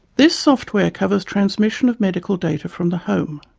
this software covers transmission of medical data from the home,